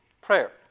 prayer